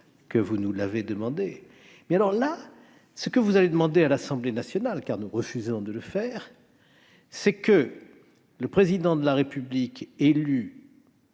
que vous nous l'avez demandé. Mais aujourd'hui, ce que vous demandez à l'Assemblée nationale, car nous refusons de le faire, c'est d'offrir au Président de la République qui